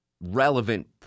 relevant